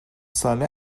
ساله